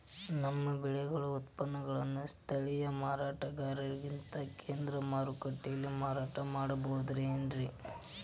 ನಮ್ಮ ಬೆಳೆಗಳ ಉತ್ಪನ್ನಗಳನ್ನ ಸ್ಥಳೇಯ ಮಾರಾಟಗಾರರಿಗಿಂತ ಕೇಂದ್ರ ಮಾರುಕಟ್ಟೆಯಲ್ಲಿ ಮಾರಾಟ ಮಾಡಬಹುದೇನ್ರಿ?